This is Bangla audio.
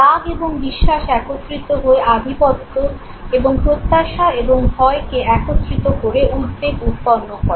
রাগ এবং বিশ্বাস একত্রিত হয়ে আধিপত্য এবং প্রত্যাশা এবং ভয়কে একত্রিত করে উদ্বেগ উৎপন্ন করে